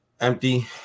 Empty